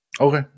Okay